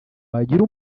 wagira